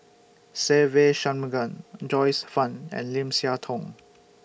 Se Ve Shanmugam Joyce fan and Lim Siah Tong